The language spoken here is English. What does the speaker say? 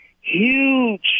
huge